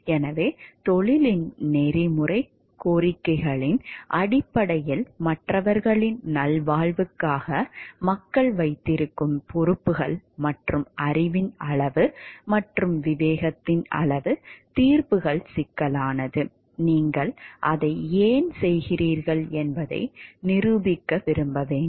எனவே தொழிலின் நெறிமுறைக் கோரிக்கைகளின் அடிப்படையில் மற்றவர்களின் நல்வாழ்வுக்காக மக்கள் வைத்திருக்கும் பொறுப்புகள் மற்றும் அறிவின் அளவு மற்றும் விவேகத்தின் அளவு தீர்ப்புகள் சிக்கலானது நீங்கள் அதை ஏன் செய்கிறீர்கள் என்பதை நிரூபிக்க விரும்ப வேண்டும்